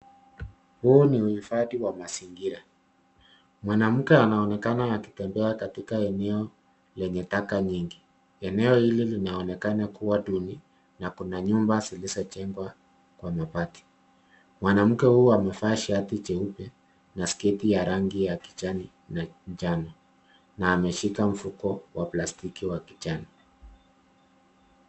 Huu ni uhifadhi wa mazingira. Mwanamke anaonekana akitembea katika eneo lenye taka nyingi. Eneo hili linaonekana kuwa duni na kuna nyumba zilizojengwa kwa mabati. Mwanamke huyu amevaa shati jeupe na sketi ya rangi ya kijani na njano na ameshika mfuko wa plastiki wa kijani.